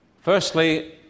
Firstly